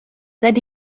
that